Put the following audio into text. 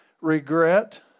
Regret